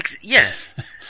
Yes